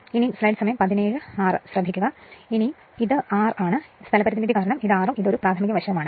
ഇത് വ്യക്തമായി മനസ്സിലാക്കുക ഇത് R ആണ് സ്ഥലപരിമിതി കാരണം ഇത് ഒരു പ്രാഥമിക വശവുമാണ്